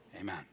Amen